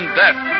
death